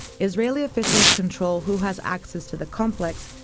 israeli officials control who has access to the complex.